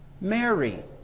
Mary